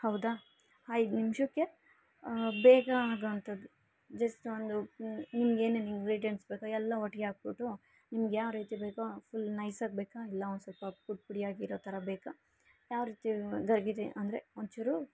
ಹೌದಾ ಐದು ನಿಮಿಷಕ್ಕೇ ಬೇಗ ಆಗೊವಂಥದ್ ಜಸ್ಟ್ ಒಂದು ನಿಮ್ಗೆ ಏನೇನು ಇನ್ಗ್ರೀಡಿಯೆಂಟ್ಸ್ ಬೇಕೋ ಎಲ್ಲ ಒಟ್ಟಿಗೆ ಹಾಕ್ಬುಟ್ಟು ನಿಮ್ಗೆ ಯಾವರೀತಿ ಬೇಕೋ ಫುಲ್ ನೈಸಾಗಿ ಬೇಕಾ ಇಲ್ಲ ಒಂದು ಸ್ವಲ್ಪ ಪುಡಿ ಪುಡಿಯಾಗಿ ಇರೋ ಥರ ಬೇಕಾ ಯಾವರೀತಿ ದರ್ಗಿರಿ ಅಂದರೆ ಒಂಚೂರು